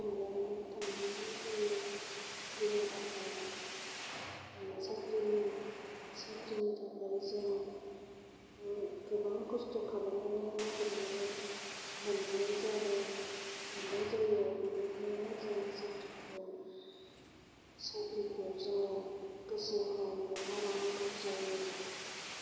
time लानानै थांनांगौ जायो साख्रिनि थाखाय साख्रिनि साख्रिनि थाखाय जों गोबां खस्थ' खालामनानै नागिरनानै मोन्नाय जादों मोन्नाय जायो बेनिखायनो जों साख्रिखौ साख्रिखौ जोङो गोसो होनानै मावलांनांगौ जायो